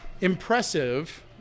impressive